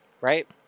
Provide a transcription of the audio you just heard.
right